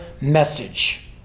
message